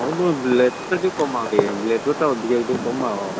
ହଉ ନିଅ ବ୍ଲେଜର୍ଟା ଟିକିଏ କମାଅ ଟିକିଏ ବ୍ଲେଜର୍ଟା ଅଧିକା ଟିକିଏ କମାଅ